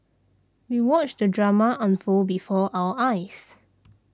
we watched the drama unfold before our eyes